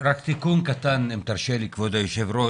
רק תיקון קטן אם תרשה לי, היו"ר,